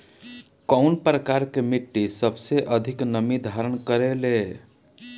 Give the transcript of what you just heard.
कउन प्रकार के मिट्टी सबसे अधिक नमी धारण करे ले?